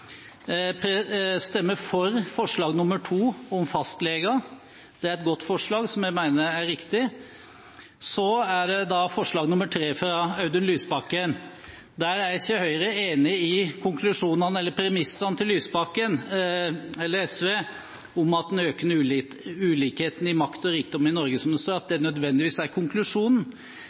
for forslag nr. 2, om fastleger. Det er et godt forslag som vi mener er riktig. Så er det forslag nr. 3, fra Audun Lysbakken. Der er ikke Høyre enig i konklusjonene eller premissene til Lysbakken og SV, om at «den økende ulikheten i makt og rikdom i Norge» – som det står – nødvendigvis er konklusjonen,